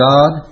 God